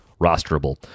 rosterable